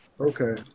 Okay